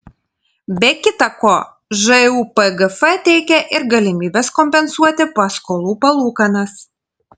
be kita ko žūpgf teikia ir galimybes kompensuoti paskolų palūkanas